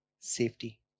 safety